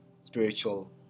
spiritual